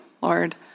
Lord